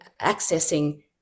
accessing